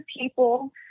people